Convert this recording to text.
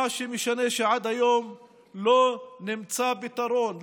מה שמשנה הוא שעד היום לא נמצא פתרון,